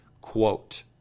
quote